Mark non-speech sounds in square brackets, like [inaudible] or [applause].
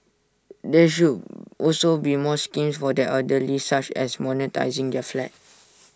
there should [noise] also be more schemes for the elderly such as monetising their flat [noise]